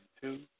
two